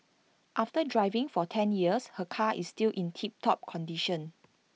after driving for ten years her car is still in tip top condition